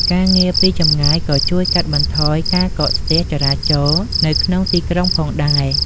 ការងារពីចម្ងាយក៏ជួយកាត់បន្ថយការកកស្ទះចរាចរណ៍នៅក្នុងទីក្រុងផងដែរ។